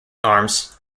arms